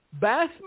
Beth